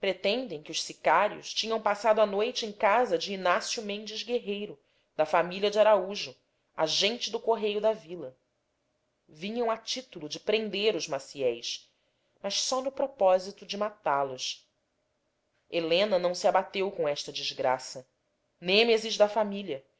tinham passado a noite em casa de inácio mendes guerreiro da família de araújo agente do correio da vila vinham a título de prender os maciéis mas só no propósito de matá los helena não se abateu com esta desgraça nêmesis da família